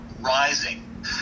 Rising